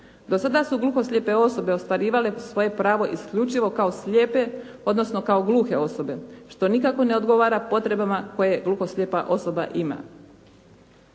Do sada su gluho-slijepe osobe ostvarivale svoje pravo isključivo kao slijepe, odnosno kao gluhe osobe, što nikako ne odgovara potrebama koje gluho-slijepa osoba ima.